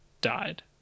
died